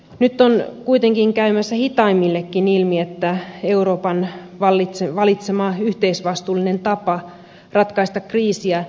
nyt on kuitenkin käymässä hitaimmillekin ilmi että euroopan valitsema yhteisvastuullinen tapa ratkaista kriisiä ei toimi